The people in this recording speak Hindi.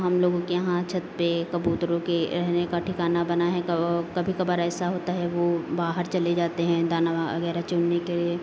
हम लोगों के यहाँ छत पे कबूतरों के रहने का ठिकाना बना है कभी कभार ऐसा होता है वो बाहर चले जाते हैं दाना वगैरह चुनने के लिए